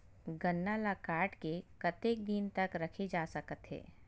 गन्ना ल काट के कतेक दिन तक रखे जा सकथे?